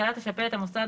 הממשלה תשפה את המוסד,